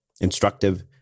instructive